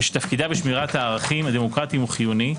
ושתפקידה בשמירת הערכים הדמוקרטיים הוא חיוני,